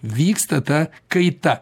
vyksta ta kaita